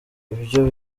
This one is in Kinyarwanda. ibyo